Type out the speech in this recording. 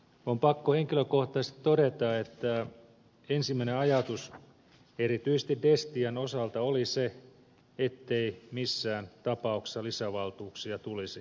on pakko henkilökohtaisesti todeta että ensimmäinen ajatus erityisesti destian osalta oli se ettei missään tapauksessa lisävaltuuksia tulisi myöntää